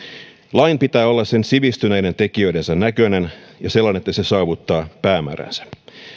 lain pitää olla sen sivistyneiden tekijöidensä näköinen ja sellainen että se saavuttaa päämääränsä